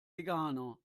veganer